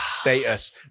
Status